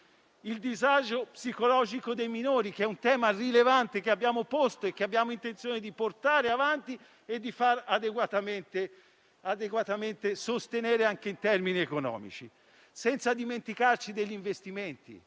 il disagio psicologico dei minori, che è un tema rilevante, che abbiamo posto e che abbiamo intenzione di portare avanti e di far adeguatamente sostenere anche in termini economici. Non dimentichiamo gli investimenti,